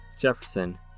Jefferson